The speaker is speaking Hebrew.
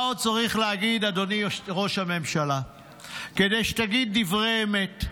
מה עוד צריך אדוני ראש הממשלה כדי שתגיד דברי אמת?